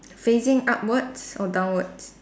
facing upwards or downwards